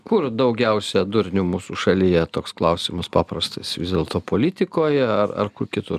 kur daugiausia durnių mūsų šalyje toks klausimas paprastas vis dėlto politikoje ar ar kur kitur